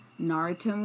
Naruto